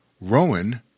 Rowan